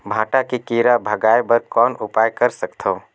भांटा के कीरा भगाय बर कौन उपाय कर सकथव?